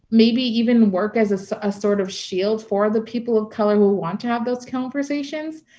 maybe even work as as a sort of shield for the people of color who want to have those conversations,